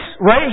right